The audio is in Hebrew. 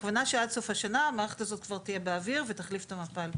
הכוונה היא שעד סוף השנה המערכת הזאת כבר תהיה באוויר ותחליף את המפ"ל.